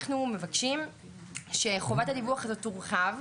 אנחנו מבקשים שחובת הדיווח הזאת תורחב,